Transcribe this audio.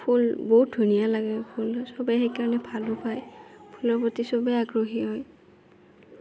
ফুল বহুত ধুনীয়া লাগে ফুল চবে সেইকাৰণে ভালো পায় ফুলৰ প্ৰতি চবে আগ্ৰহী হয়